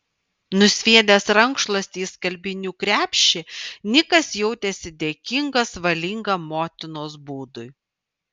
nusviedęs rankšluostį į skalbinių krepšį nikas jautėsi dėkingas valingam motinos būdui